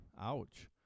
Ouch